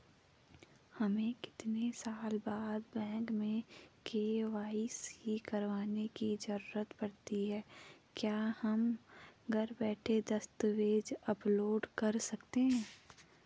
हमें कितने साल बाद बैंक में के.वाई.सी करवाने की जरूरत पड़ती है क्या हम घर बैठे दस्तावेज़ अपलोड कर सकते हैं?